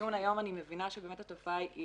מהדיון היום אני מבינה שהתופעה היא